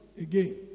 Again